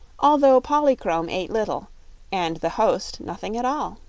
although polychrome ate little and the host nothing at all.